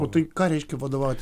o tai ką reiškia vadovauti